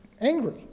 angry